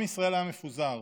עם ישראל היה מפוזר.